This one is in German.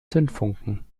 zündfunken